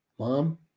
Mom